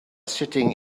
sitting